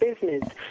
business